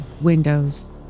windows